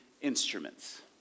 instruments